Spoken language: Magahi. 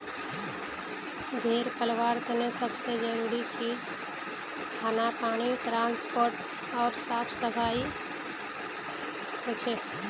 भेड़ पलवार तने सब से जरूरी चीज खाना पानी ट्रांसपोर्ट ओर साफ सफाई हछेक